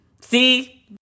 See